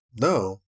No